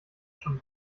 schon